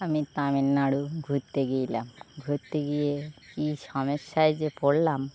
আমি তামিলনাড়ু ঘুরতে গিয়েছিলাম ঘুরতে গিয়ে কী সমস্যায় যে পড়লাম